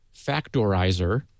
factorizer